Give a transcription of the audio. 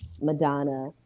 Madonna